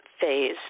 phase